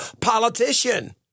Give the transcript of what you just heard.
politician